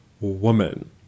woman